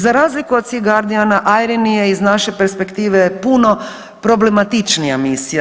Za razliku od „SEA GUARDIANA“ „IRIN“ je iz naše perspektive puno problematičnija misija.